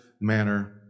manner